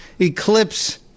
eclipse